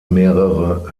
mehrere